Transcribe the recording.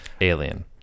Alien